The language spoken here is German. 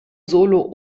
solo